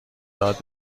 داد